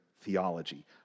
theology